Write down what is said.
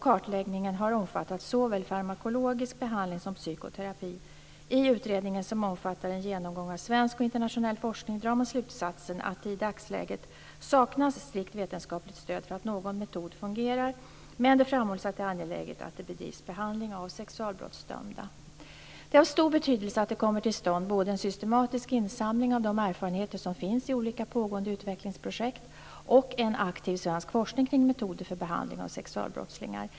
Kartläggningen har omfattat såväl farmakologisk behandling som psykoterapi. I utredningen, som omfattar en genomgång av svensk och internationell forskning, drar man slutsatsen att det i dagsläget saknas strikt vetenskapligt stöd för att någon metod fungerar, men det framhålls att det är angeläget att det bedrivs behandling av sexualbrottsdömda. Det är av stor betydelse att det kommer till stånd både en systematisk insamling av de erfarenheter som finns i olika pågående utvecklingsprojekt och en aktiv svensk forskning kring metoder för behandling av sexualbrottslingar.